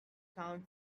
town